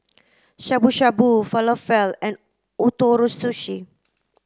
Shabu Shabu Falafel and Ootoro Sushi